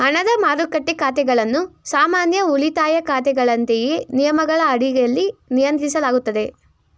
ಹಣದ ಮಾರುಕಟ್ಟೆ ಖಾತೆಗಳನ್ನು ಸಾಮಾನ್ಯ ಉಳಿತಾಯ ಖಾತೆಗಳಂತೆಯೇ ನಿಯಮಗಳ ಅಡಿಯಲ್ಲಿ ನಿಯಂತ್ರಿಸಲಾಗುತ್ತದೆ